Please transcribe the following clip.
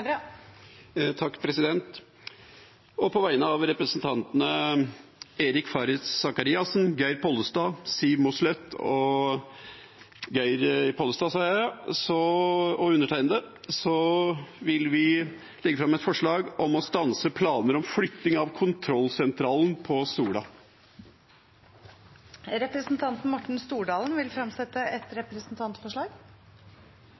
På vegne av representantene Eirik Faret Sakariassen, Geir Pollestad, Siv Mossleth og meg sjøl vil jeg legge fram et forslag om å stanse planer om flytting av kontrollsentralen på Sola. Representanten Morten Stordalen vil fremsette et